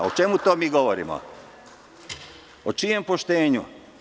O čemu mi onda to govorimo, o čijem poštenju?